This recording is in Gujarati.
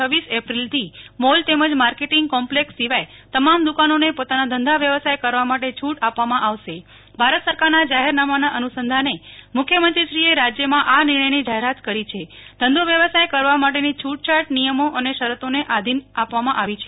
રક એપ્રિલથી મોલ તેમજ માર્કેટીંગ કોમ્પલેક્ષ સિવાય તમામ દુકાનોને પોતાના ધંધા વ્યવસાય કરવા માટે છૂટ આપવામાં આવશે ભારત સરકારના જાહેરનામાના અનુસંધાને મુખ્યમંત્રીશ્રીએ રાજ્ય માં આ નિર્ણયની જાહેરાત કરી છે ધંધો વ્યવસાય કરવા માટેની છૂટછાટ નિયમો અને શરતોને આધિન આપવામાં આવી છે